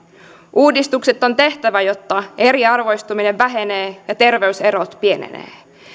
uudistukset on tehtävä jotta eriarvoistuminen vähenee ja terveyserot pienenevät